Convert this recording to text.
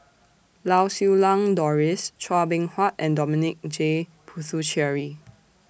Lau Siew Lang Doris Chua Beng Huat and Dominic J Puthucheary